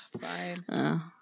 Fine